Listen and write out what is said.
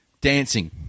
dancing